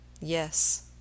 Yes